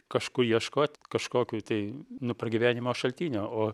kažku ieškot kažkokių tai nu pragyvenimo šaltinio o